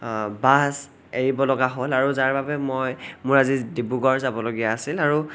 bus এৰিবলগা হ'ল আৰু যাৰবাবে মই মোৰ আজি ডিব্ৰুগড় যাবলগীয়া আছিল আৰু